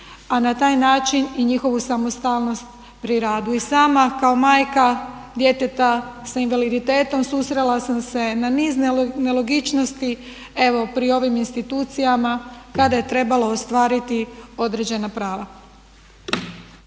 a na taj način i njihovu samostalnost pri radu. I sama kao majka djeteta s invaliditetom susrela sam se na niz nelogičnosti evo pri ovim institucijama kada je trebalo ostvariti određena prava.